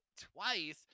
twice